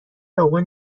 لقمه